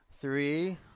Three